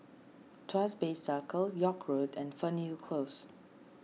Tuas Bay Circle York Road and Fernhill Close